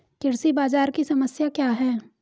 कृषि बाजार की समस्या क्या है?